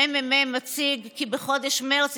מרכז המחקר והמידע מציג כי בחודש מרץ